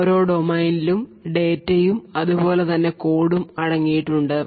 ഓരോ ഡൊമൈൻ ലും ഡാറ്റ യും അതുപോലെതന്നെ കോഡ് ഉം അടങ്ങിയിട്ടുണ്ട്